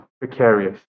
precarious